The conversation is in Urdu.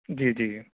جی جی